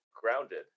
grounded